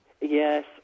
Yes